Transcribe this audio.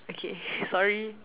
okay sorry